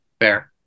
Fair